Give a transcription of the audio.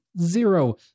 Zero